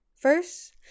First